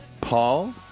Paul